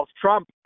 Trump